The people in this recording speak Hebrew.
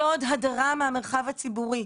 לא עוד הדרה מהמרחב הציבורי.